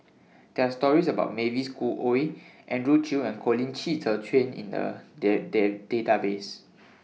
There Are stories about Mavis Khoo Oei Andrew Chew and Colin Qi Zhe Quan in A Deaf Deaf Database